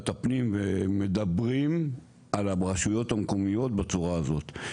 הפנים ומדברים על הרשויות המקומיות בצורה הזאת.